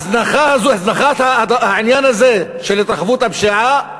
הזנחת העניין הזה, של התרחבות הפשיעה,